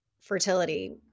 fertility